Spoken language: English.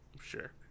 sure